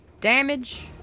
damage